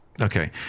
Okay